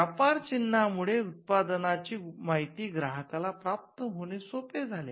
व्यापर चिन्हामुळे उत्पादनाची माहिती ग्राहकाला प्राप्त होणे सोपे झाले